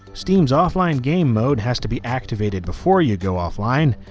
steam's offline game mode has to be activated before you go offline,